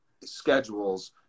schedules